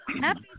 Happy